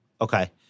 Okay